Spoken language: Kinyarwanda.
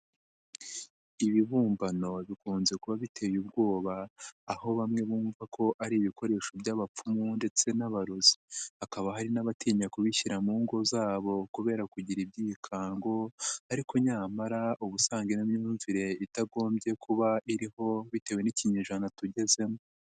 Ibibumbano bikunze kuba biteye ubwoba, aho bamwe bumva ko ari ibikoresho by'abapfumu, ndetse n'abarozi. Hakaba hari n'abatinya kubishyira mu ngo zabo kubera kugira ibyikango, ariko nyamara uba usanga ari n'imyumvire itagombye kuba iriho, bitewe n'ikinyejana tugezemo.